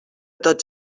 tots